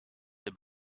der